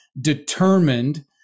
determined